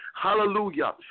hallelujah